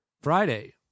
Friday